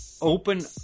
open